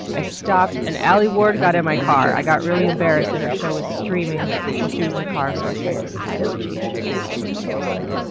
i stopped, and alie ward got in my car! i got really embarrassed that her show was streaming while she was in the car so i tried to slyly change it without her noticing.